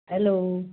hello